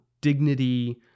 dignity